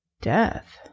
death